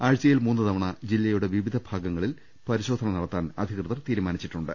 ആഴ്ച്ചയിൽ മൂന്ന് തവണ ജില്ലയുടെ വിവിധ ഭാഗങ്ങളിൽ പരിശോധന നടത്താൻ അധകൃതർ തീരുമാനിച്ചിട്ടുണ്ട്